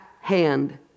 hand